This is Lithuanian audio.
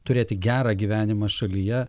turėti gerą gyvenimą šalyje